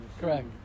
correct